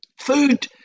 food